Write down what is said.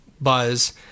buzz